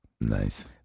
Nice